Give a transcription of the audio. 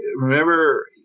remember